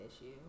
issue